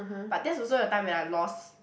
but that's also the time when I lost